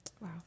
Wow